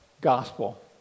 Gospel